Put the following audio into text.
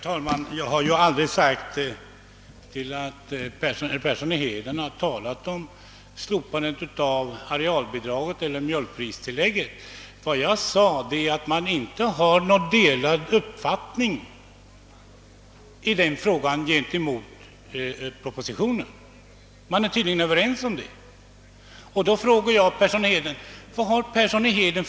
Herr talman! Jag har aldrig sagt att herr Persson i Heden talade om slopandet av arealbidraget eller mjölkpristilllägget. Jag sade att han i dessa frågor inte har någon annan uppfattning än den som kommer till uttryck i propositionen.